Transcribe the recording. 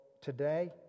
today